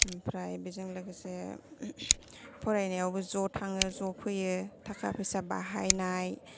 ओमफ्राय बेजों लोगोसे फरायनायावबो ज' थाङो ज' फैयो थाखा फैसा बाहायनाय